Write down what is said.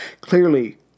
Clearly